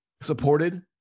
supported